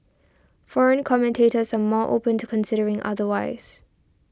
foreign commentators are more open to considering otherwise